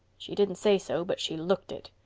she didn't say so but she looked it.